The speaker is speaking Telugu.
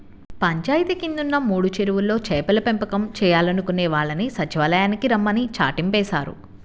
పంచాయితీ కిందున్న మూడు చెరువుల్లో చేపల పెంపకం చేయాలనుకునే వాళ్ళని సచ్చివాలయానికి రమ్మని చాటింపేశారు